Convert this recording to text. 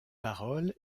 parole